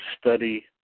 study